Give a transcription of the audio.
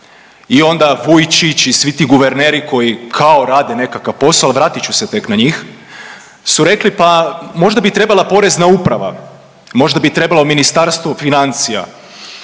I onda Vujčić i svi ti guverneri koji kao rade nekakav posao, vratit ću se tek na njih, su rekli pa možda bi trebala Porezna uprava, možda bi trebalo Ministarstvo financija.